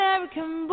American